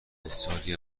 بسیاری